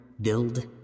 build